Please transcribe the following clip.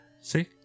See